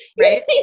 Right